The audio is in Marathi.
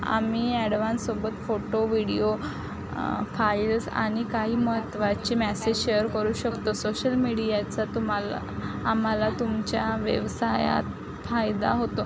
आम्ही ॲडव्हान्ससोबत फोटो विडीयो फाईल्स आणि काही महत्त्वाचे मॅसेज शेअर करू शकतो सोशल मिडीयाचा तुम्हाला आम्हाला तुमच्या व्यवसायात फायदा होतो